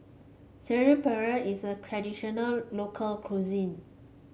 Saag Paneer is a traditional local cuisine